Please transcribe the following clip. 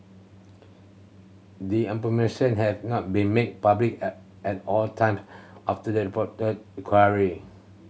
the information had not been made public at at all time of the reporter query